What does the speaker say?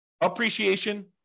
appreciation